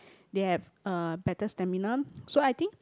they have a better stamina so I think